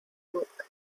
book